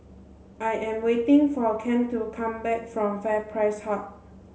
I am waiting for Kem to come back from FairPrice Hub